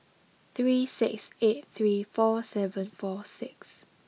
three six eight three four seven four six